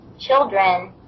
children